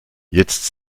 jetzt